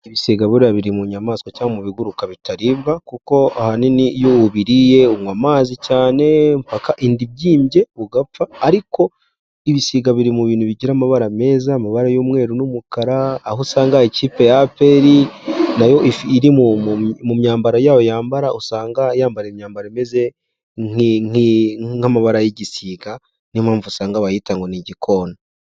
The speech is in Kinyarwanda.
Ibisiga buriya biri mu nyamaswa cyangwa mu biguruka bitaribwa, kuko ahanini iyo ubiriye unywa amazi cyane mpaka inda ibyimbye ugapfa, ariko ibisiga biri mu bintu bigira amabara meza, amabara y'umweru n'umukara, aho usanga ikipe ya APR na yo iri mu myambaro yayo yambara, usanga yambara imyambaro imeze nk'amabara y'igisiga, ni yo mpamvu usanga bayita ngo ni igikona.